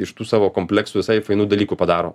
iš tų savo kompleksų visai fainų dalykų padaro